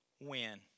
win